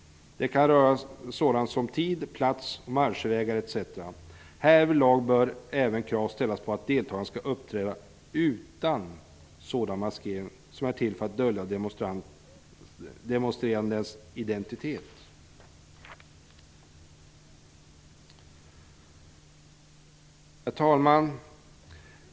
Det kan röra sådant som tid, plats, marschvägar etc. Härvidlag bör även krav ställas på att deltagarna skall uppträda utan sådan maskering som är till för att dölja de demonstrerandes identitet.